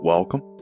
Welcome